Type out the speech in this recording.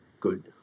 good